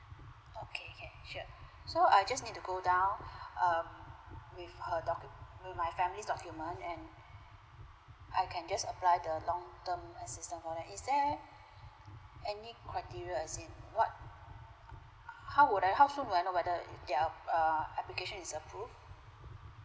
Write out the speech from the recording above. okay okay sure so I just to go down um with her doc~ with my family's document and I can just apply the long term assistance for them is there any criteria as in what how would I how soon will I know whether i~ their err application is approve